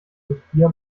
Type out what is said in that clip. sophia